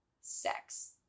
sex